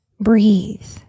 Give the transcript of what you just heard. Breathe